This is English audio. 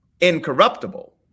incorruptible